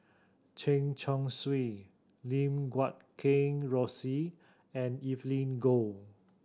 Chen Chong Swee Lim Guat Kheng Rosie and Evelyn Goh